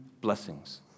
blessings